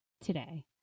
today